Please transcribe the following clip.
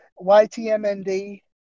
YTMND